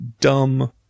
dumb